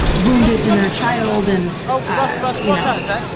wounded inner child and you know,